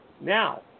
Now